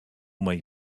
mej